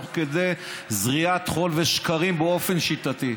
תוך כדי זריית חול ושקרים באופן שיטתי.